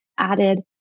added